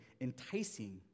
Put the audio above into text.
enticing